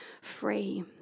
free